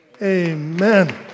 Amen